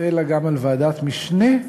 אלא גם על ועדת משנה,